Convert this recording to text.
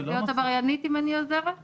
אני נהיית עבריינית אם אני עוזרת להסיע ילד?